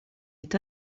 est